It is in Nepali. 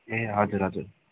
ए हजुर हजुर